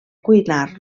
cuinar